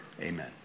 Amen